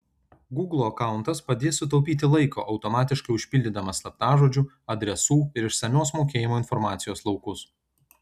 gūglo akauntas padės sutaupyti laiko automatiškai užpildydamas slaptažodžių adresų ir išsamios mokėjimo informacijos laukus